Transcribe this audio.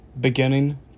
beginning